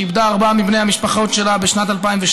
שאיבדה ארבעה מבני המשפחה שלה בשנת 2002,